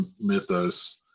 mythos